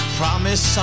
promise